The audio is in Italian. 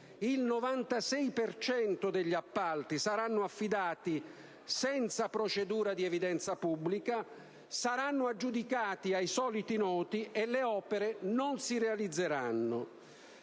cento degli appalti sarà affidato senza procedura di evidenza pubblica, sarà aggiudicato ai soliti noti e le opere non si realizzeranno.